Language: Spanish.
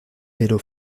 pero